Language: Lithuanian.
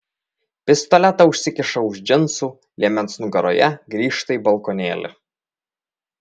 pistoletą užsikiša už džinsų liemens nugaroje grįžta į balkonėlį